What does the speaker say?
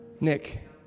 Nick